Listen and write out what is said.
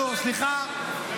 הרצנו, סליחה.